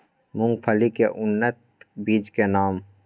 मूंगफली के उन्नत बीज के नाम?